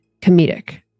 comedic